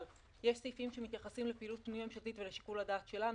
אבל יש סעיפים שמתייחסים לפעילות פנים ממשלתית ולשיקול הדעת שלנו,